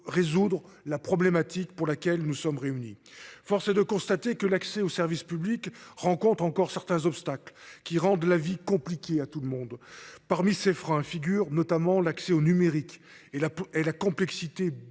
résoudre la problématique pour laquelle nous sommes réunis. Force est de constater que l'accès au service public rencontre encore certains obstacles qui rendent la vie compliquée à tout le monde. Parmi ces freins figurent notamment l'accès au numérique et la et la complexité